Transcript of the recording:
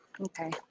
Okay